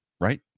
right